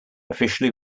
officially